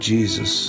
Jesus